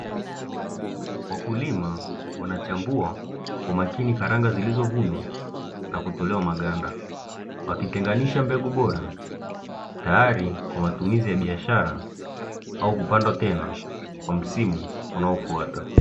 Wakulima wanachambua kwa makini karanga zilizovunwa na kutolewa maganda, wakitenganisha mbegu bora tayari kwa matumizi ya biashara au kupandwa tena kwa msimu unaofuata.